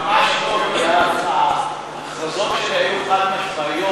ממש לא, ההכרזות שלי היו חד-משמעיות.